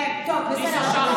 כן, טוב, בסדר.